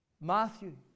Matthew